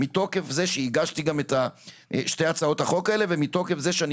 מתוקף זה שהגשתי גם את שתי הצעות החוק האלה ומתוקף זה שאני